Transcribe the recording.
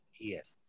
Yes